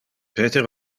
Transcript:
peter